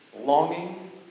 longing